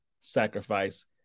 sacrifice